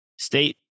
State